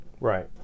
Right